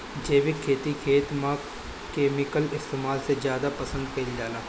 जैविक खेती खेत में केमिकल इस्तेमाल से ज्यादा पसंद कईल जाला